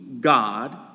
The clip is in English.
God